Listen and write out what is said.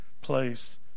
place